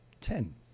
Ten